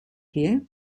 here